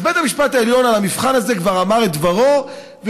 אז בית המשפט העליון כבר אמר את דברו על המבחן הזה,